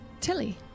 Tilly